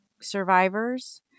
survivors